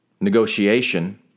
Negotiation